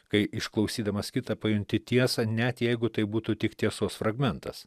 kai išklausydamas kitą pajunti tiesą net jeigu tai būtų tik tiesos fragmentas